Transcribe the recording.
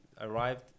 arrived